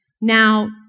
Now